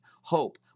Hope